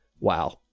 wow